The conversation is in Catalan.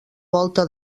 volta